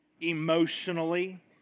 emotionally